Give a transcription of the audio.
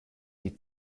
die